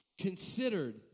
considered